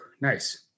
Nice